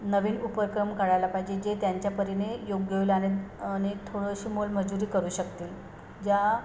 नवीन उपक्रम काढायला पाहिजे जे त्यांच्यापरीने योग्य होईल आणि आणि थोडीशी मोलमजुरी करू शकतील ज्या